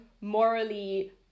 morally